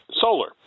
Solar